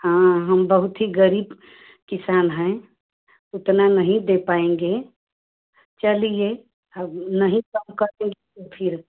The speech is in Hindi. हाँ हम बहुत ही ग़रीब किसान हैं उतना नहीं दे पाएँगे चलिए अब नहीं कम करेंगे तो फिर